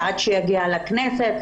עד שיגיע לכנסת,